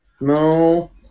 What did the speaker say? No